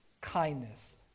kindness